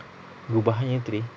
gubahannya tray